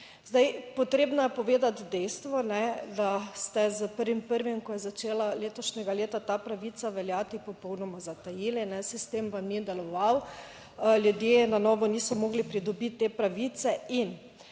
Zdaj potrebno je povedati dejstvo, da ste s 1. 1., ko je začela letošnjega leta ta pravica veljati, popolnoma zatajili. Sistem vam ni deloval, ljudje na novo niso mogli pridobiti te pravice. In